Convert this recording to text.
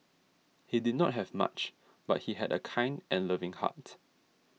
he did not have much but he had a kind and loving heart